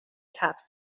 حبس